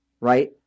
right